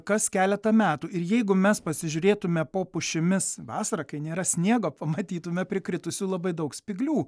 kas keletą metų ir jeigu mes pasižiūrėtumėme po pušimis vasarą kai nėra sniego pamatytumėme prikritusių labai daug spyglių